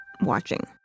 watching